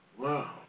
Wow